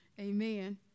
Amen